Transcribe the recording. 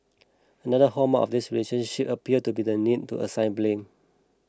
another hallmark of their relationship appeared to be the need to assign blame